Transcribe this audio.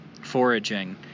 foraging